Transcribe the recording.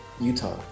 Utah